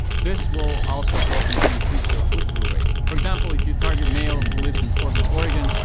this will also help you to increase your click-through rate. for example, if you target male who lives in portland, oregon,